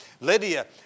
Lydia